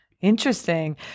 Interesting